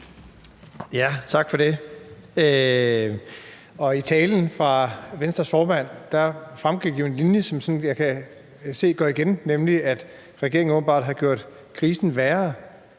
(S): Tak for det. I talen af Venstres formand var der jo en linje, som jeg kan se går igen, nemlig den, at regeringen åbenbart har gjort krisen værre.